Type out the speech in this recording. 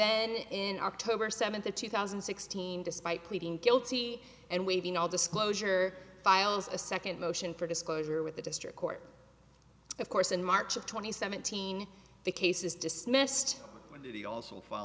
then in october seventh of two thousand and sixteen despite pleading guilty and waiving all disclosure files a second motion for disclosure with the district court of course in march of twenty seventeen the case is dismissed when he also f